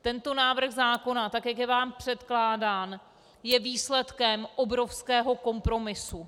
Tento návrh zákona, tak jak je vám předkládán, je výsledkem obrovského kompromisu.